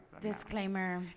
Disclaimer